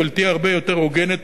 אבל היא תהיה הרבה יותר הוגנת,